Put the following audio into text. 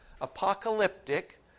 Apocalyptic